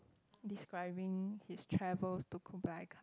describing his travels to Kublai Khan